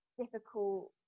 difficult